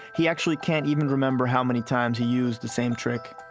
he actually can't even remember how many time he used the same trick.